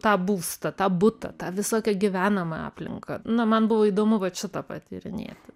tą būstą tą butą tą visokią gyvenamą aplinką na man buvo įdomu vat šitą patyrinėti